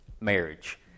marriage